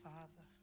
Father